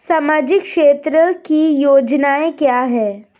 सामाजिक क्षेत्र की योजनाएं क्या हैं?